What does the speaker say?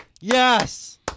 Yes